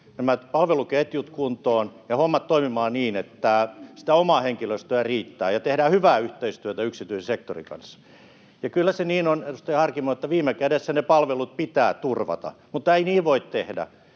nämä palveluketjut kuntoon ja hommat toimimaan niin, että sitä omaa henkilöstöä riittää ja tehdään hyvää yhteistyötä yksityisen sektorin kanssa. Ja kyllä se niin on, edustaja Harkimo, että viime kädessä ne palvelut pitää turvata. Mutta ei niin voi tehdä,